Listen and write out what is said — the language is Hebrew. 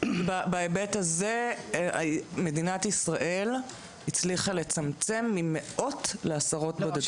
בהיבט הזה מדינת ישראל הצליחה לצמצם ממאות לעשרות בודדות.